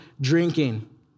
drinking